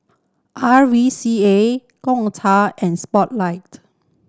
R V C A Gongcha and Spotlight